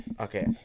Okay